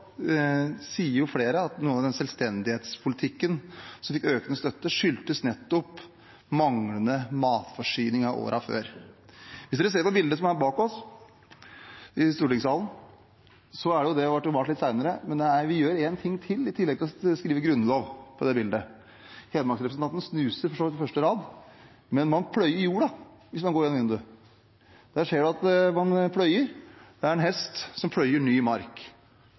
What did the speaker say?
før. Hvis man ser på bildet som er bak meg her i stortingssalen – det er malt litt senere – ser vi at de gjør en ting til i tillegg til å skrive grunnlov. Hedmarksrepresentanten snuser for så vidt på første rad, men hvis man ser gjennom vinduet, ser man at man pløyer jorda – det er en hest som pløyer ny mark.